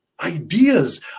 ideas